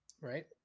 Right